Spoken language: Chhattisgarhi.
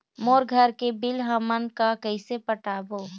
मोर घर के बिल हमन का कइसे पटाबो?